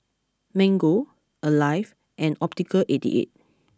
Mango Alive and Optical Eighty Eight